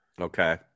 okay